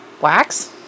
Wax